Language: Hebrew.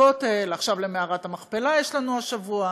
לכותל, ועכשיו למערת המכפלה, יש לנו השבוע.